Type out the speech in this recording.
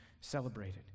celebrated